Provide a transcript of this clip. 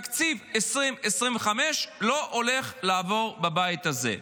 תקציב 2025 לא הולך לעבור בבית הזה.